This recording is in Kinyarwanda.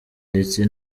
ndetse